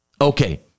Okay